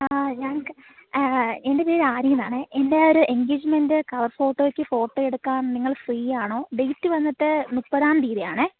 ആ ഞാൻ എന്റെ പേര് ആര്യ എന്നാണേ എൻറെ ഒരു എൻഗേജ്മെന്റ് കളർ ഫോട്ടോക്ക് ഫോട്ടോ എടുക്കാൻ നിങ്ങൾ ഫ്രീ ആണോ ഡേറ്റ് വന്നിട്ട് മുപ്പതാം തീയതി ആണേ